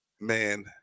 Man